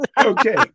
okay